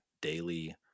daily